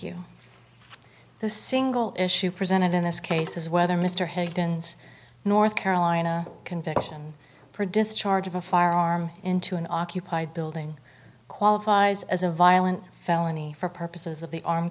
you the single issue presented in this case is whether mr hankins north carolina conviction produce charge of a firearm into an occupied building qualifies as a violent felony for purposes of the arm